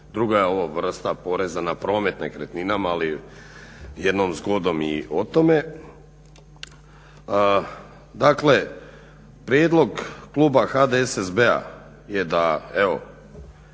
Druga je ovo vrsta poreza na promet nekretninama ali jednom zgodom i o tome. Dakle, prijedlog kluba HDSSB-a je da evo